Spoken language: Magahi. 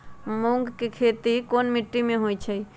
मूँग के खेती कौन मीटी मे होईछ?